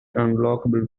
unlockable